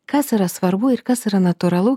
kas yra svarbu ir kas yra natūralu